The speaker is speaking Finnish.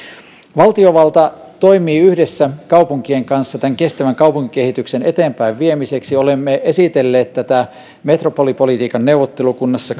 valtiovalta toimii yhdessä kaupunkien kanssa tämän kestävän kaupunkikehityksen eteenpäinviemiseksi olemme esitelleet tätä metropolipolitiikan neuvottelukunnassa